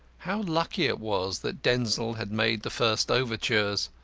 how lucky it was that denzil had made the first overtures,